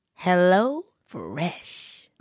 HelloFresh